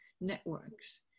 networks